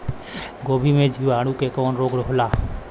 गोभी में जीवाणु से कवन रोग होला?